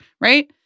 right